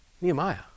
Nehemiah